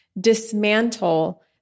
dismantle